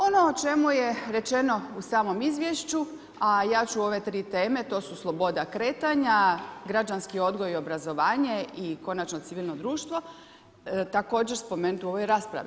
Ono o čemu je rečeno u samom izvješću, a ja ću ove 3 teme, to su sloboda kretanja, građanski odgoj i obrazovanje i konačno, civilnog društva, također spomenuti u ovoj raspravi.